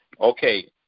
Okay